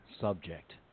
subject